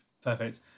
perfect